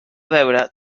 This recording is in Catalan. veure